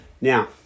Now